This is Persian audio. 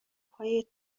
پای